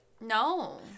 No